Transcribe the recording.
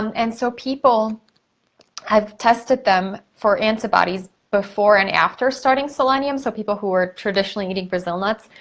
and so, people have tested them for antibodies before and after starting selenium, so people who were traditionally eating brazil nuts,